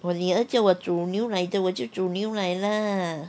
我女儿叫我煮牛奶的我就煮牛奶 lah